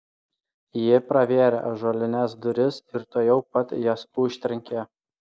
ji pravėrė ąžuolines duris ir tuojau pat jas užtrenkė